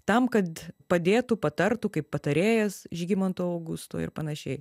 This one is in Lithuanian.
tam kad padėtų patartų kaip patarėjas žygimanto augusto ir panašiai